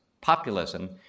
populism